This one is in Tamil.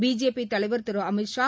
பிஜேபி தலைவர் திரு அமித் ஷா